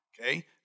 Okay